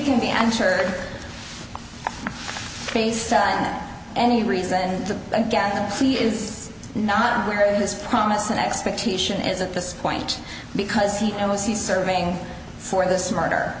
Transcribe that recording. can be i'm sure based on any reason to gather he is not wearing this promise and expectation is at this point because he knows he's serving for the smarter